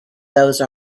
those